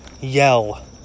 yell